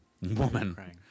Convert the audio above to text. Woman